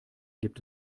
gibt